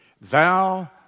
thou